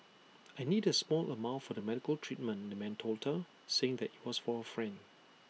I need A small amount for the medical treatment the man told her saying that IT was for A friend